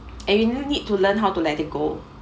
and you need to learn how to let it go